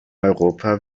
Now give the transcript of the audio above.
europa